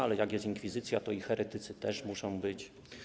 Ale jak jest inkwizycja, to i heretycy muszą być.